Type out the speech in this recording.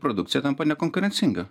produkcija tampa nekonkurencinga